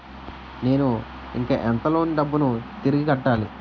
నేను ఇంకా ఎంత లోన్ డబ్బును తిరిగి కట్టాలి?